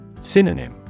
Synonym